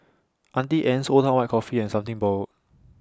Auntie Anne's Old Town White Coffee and Something Borrowed